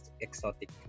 exotic